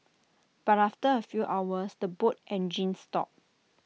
but after A few hours the boat engines stopped